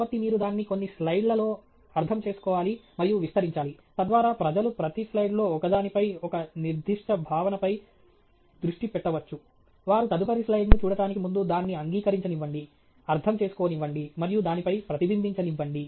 కాబట్టి మీరు దాన్ని కొన్ని స్లైడ్లలో అర్థం చేసుకోవాలి మరియు విస్తరించాలి తద్వారా ప్రజలు ప్రతి స్లైడ్లో ఒకదానిపై ఒక నిర్దిష్ట భావనపై దృష్టి పెట్టవచ్చు వారు తదుపరి స్లైడ్ను చూడటానికి ముందు దాన్ని అంగీకరించనివ్వండి అర్థం చేసుకోనివ్వండి మరియు దానిపై ప్రతిబింబించనివ్వండి